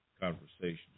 conversation